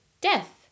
death